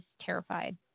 terrified